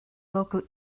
local